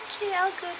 K_L